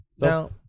Now